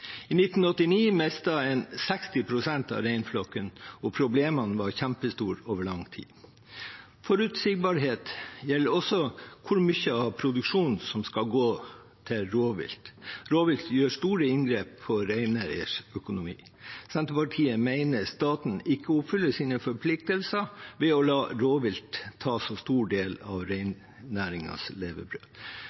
av reinflokken, og problemene var kjempestore over lang tid. Forutsigbarhet gjelder også hvor mye av produksjonen som skal gå til rovvilt. Rovvilt gjør store inngrep i reineiernes økonomi. Senterpartiet mener staten ikke oppfyller sine forpliktelser ved å la rovvilt ta så stor del av reinnæringens levebrød.